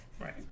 Right